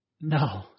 No